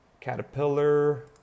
Caterpillar